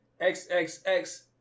XXX